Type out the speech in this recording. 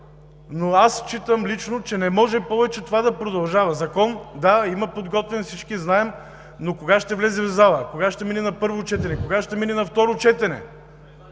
лично смятам, че това не може повече да продължава! Закон – да, има подготвен, всички знаем, но кога ще влезе в залата, кога ще мине на първо четене, кога ще мине на второ четене?